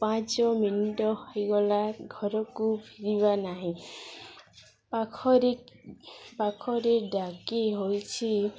ପାଞ୍ଚ ମିନିଟ ହେଇଗଲା ଘରକୁ ଫେରିବା ନାହିଁ ପାଖରେ ପାଖରେ ଡାକି ହୋଇଛି